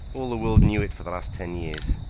all the world knew it for the last ten years.